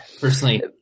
personally